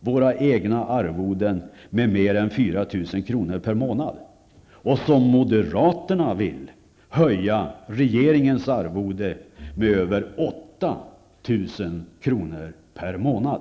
våra egna arvoden med mer än 4 000 kr. per månad och, som moderaterna vill, höja regeringsledamöternas arvoden med över 8 000 kr. per månad.